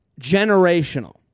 Generational